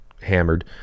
hammered